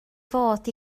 fod